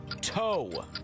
Toe